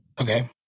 Okay